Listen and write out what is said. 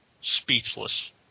speechless